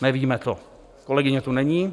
Nevíme to, kolegyně tu není.